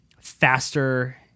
faster